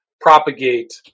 propagate